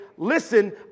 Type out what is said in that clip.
Listen